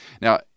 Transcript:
Now